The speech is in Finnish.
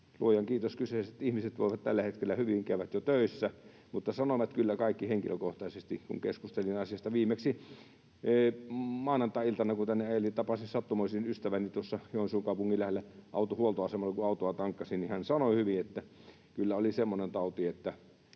luojan kiitos, kyseiset ihmiset voivat tällä hetkellä hyvin, käyvät jo töissä, mutta sanoivat kyllä kaikki henkilökohtaisesti — keskustelin asiasta viimeksi maanantai-iltana, kun tänne ajelin ja tapasin sattumoisin ystäväni Joensuun kaupungin lähellä autohuoltoasemalla, kun autoa tankkasin, ja hän sanoi hyvin — että kyllä oli semmoinen tauti, että